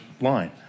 line